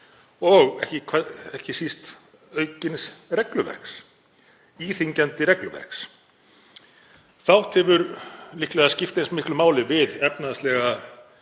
og ekki síst aukins regluverks, íþyngjandi regluverks. Fátt hefur líklega skipt eins miklu máli við efnahagslega